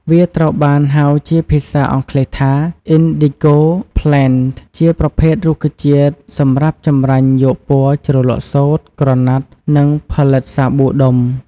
វាត្រូវបានហៅជាភាសាអង់គ្លេសថា indigo plant ជាប្រភេទរុក្ខជាតិសម្រាប់ចម្រាញ់យកពណ៌ជ្រលក់សូត្រ ក្រណាត់ និងផលិតសាប៊ូដុំ។